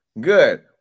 Good